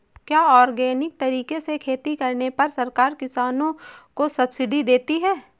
क्या ऑर्गेनिक तरीके से खेती करने पर सरकार किसानों को सब्सिडी देती है?